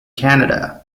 canada